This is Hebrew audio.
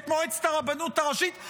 את מועצת הרבנות הראשית,